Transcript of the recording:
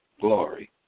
glory